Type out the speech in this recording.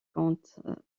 compte